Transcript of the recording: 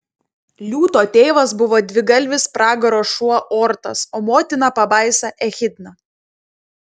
liūto tėvas buvo dvigalvis pragaro šuo ortas o motina pabaisa echidna